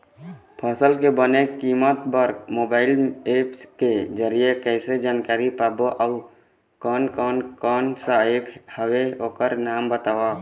फसल के बने कीमत बर मोबाइल ऐप के जरिए कैसे जानकारी पाबो अउ कोन कौन कोन सा ऐप हवे ओकर नाम बताव?